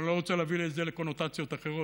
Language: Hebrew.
אבל אני לא רוצה להוביל את זה לקונוטציות אחרות,